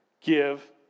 give